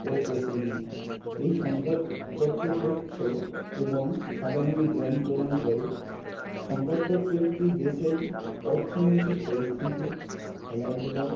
ও প্রতিদিন এই সংবাদপত্র তথ্য় এবং সাধারণ জ্ঞান প্রদান করে সংবাদপত্র একটি দেশের অর্থনৈতিক পরিস্থিতি খেলাধূলা